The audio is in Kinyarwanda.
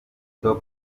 top